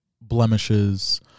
Blemishes